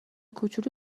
کوچولو